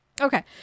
Okay